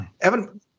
Evan